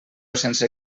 sense